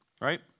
right